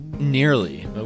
Nearly